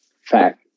Fact